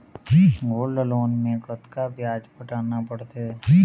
Gold loan मे कतका ब्याज पटाना पड़थे?